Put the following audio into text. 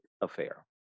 affair